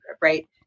right